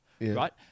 right